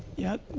yeah,